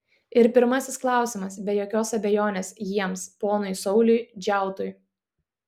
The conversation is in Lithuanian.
ir pirmasis klausimas be jokios abejonės jiems ponui sauliui džiautui